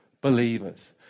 believers